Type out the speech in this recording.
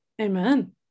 Amen